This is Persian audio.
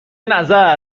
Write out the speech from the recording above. نظر